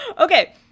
Okay